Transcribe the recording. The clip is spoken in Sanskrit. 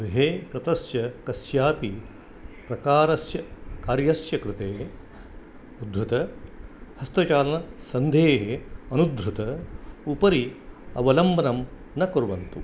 गृहे कृतस्य कस्यापि प्रकारस्य कार्यस्य कृते उधृत हस्तचालनसन्धेः अनुधृत उपरि अवलम्बनं न कुर्वन्तु